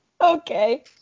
okay